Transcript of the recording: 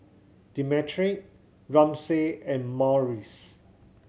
Demetric Ramsey and Maurice